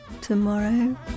tomorrow